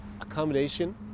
accommodation